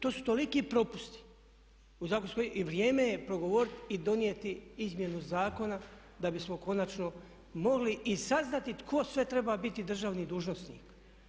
To su toliki propusti u zakonu i vrijeme je progovoriti i donijeti izmjenu zakona da bismo konačno mogli i saznati tko sve treba biti državni dužnosnik.